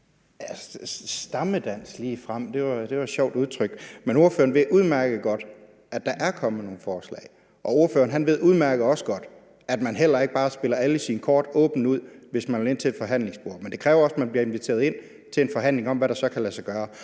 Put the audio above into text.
»Stammedans« ligefrem – det var et sjovt udtryk. Ordføreren ved udmærket godt, at der er kommet forslag, ordføreren ved udmærket også godt, at man heller ikke bare spiller alle sine kort åbent ud, hvis man vil ind til et forhandlingsbord. Men det kræver også, at man bliver inviteret ind til en forhandling om, hvad der så kan lade sig gøre.